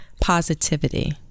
positivity